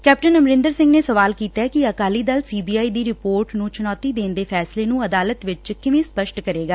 captain Amarinder Singh ਨੇ ਸਵਾਲ ਕੀਤੈ ਕਿ ਅਕਾਲੀ ਦਲ ਸੀਬੀਆਈ ਦੀ ਰਿਪੋਰਟ ਨੂੰ ਚੂਣੌਤੀ ਦੇਣ ਦੇ ਫੈਸਲੇ ਨੂੰ ਅਦਾਲਤ ਵਿੱਚ ਕਿਵੇਂ ਸਪ ਸ਼ਟ ਕਰੇਗਾ